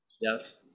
Yes